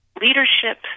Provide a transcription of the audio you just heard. leadership